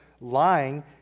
Lying